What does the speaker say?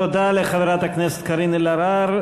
תודה לחברת הכנסת קארין אלהרר.